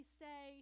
say